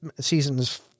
seasons